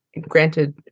granted